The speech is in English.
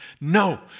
No